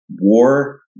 War